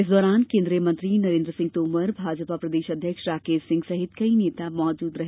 इस दौरान केन्द्रीय मंत्री नरेन्द्र सिंह तोमर भाजपा प्रदेश अध्यक्ष राकेश सिंह सहित कई नेता मौजुद रहे